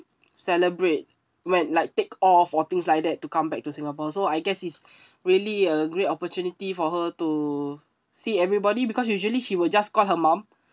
celebrate when like take off or things like that to come back to singapore so I guess it's really a great opportunity for her to see everybody because usually she will just call her mum